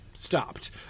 Stopped